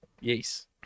Yes